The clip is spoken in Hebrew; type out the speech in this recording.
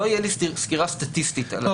לא תהיה לי סקירה סטטיסטית על הדבר הזה.